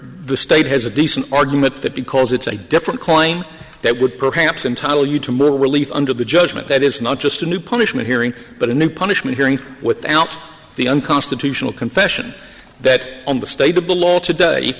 the state has a decent argument that because it's a different claim that would perhaps entitle you to middle relief under the judgment that is not just a new punishment hearing but a new punishment hearing without the unconstitutional confession that the state of the law today